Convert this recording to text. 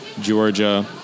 Georgia